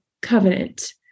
covenant